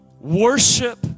worship